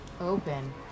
Open